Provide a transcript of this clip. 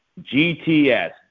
GTS